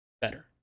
better